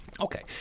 Okay